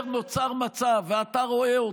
נוצר מצב, ואתה רואה אותו,